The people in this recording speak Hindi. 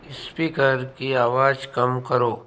स्पीकर की आवाज़ कम करो